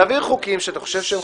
אתם לא תוכלו לעשות מה שאתם חושבים.